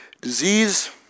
disease